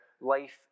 life